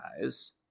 guys